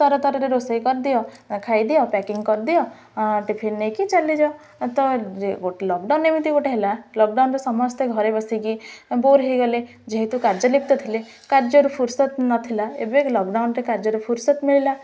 ତର ତରରେ ରୋଷେଇ କରିଦିଅ ଖାଇଦିଅ ପ୍ୟାକିଂ କରିଦିଅ ଟିଫିନ ନେଇକି ଚାଲିଯିଅ ତ ଗୋଟେ ଲକଡାଉନ ଏମିତି ଗୋଟେ ହେଲା ଲକଡାଉନରେ ସମସ୍ତେ ଘରେ ବସିକି ବୋର ହେଇଗଲେ ଯେହେତୁ କାର୍ଯ୍ୟଲିିପ୍ତ ଥିଲେ କାର୍ଯ୍ୟରୁ ଫୁୁରସତ ନଥିଲା ଏବେ ଲକଡ଼ାଉନରେ କାର୍ଯ୍ୟରୁ ଫୁୁରସତ ମିଳିଲା